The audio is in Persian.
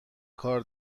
کار